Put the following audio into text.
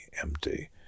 empty